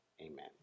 amen